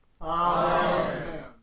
Amen